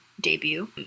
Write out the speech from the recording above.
debut